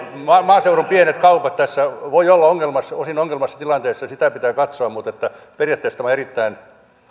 että maaseudun pienet kaupat tässä voivat olla osin ongelmallisessa tilanteessa ja sitä pitää katsoa mutta periaatteessa tämä on erittäin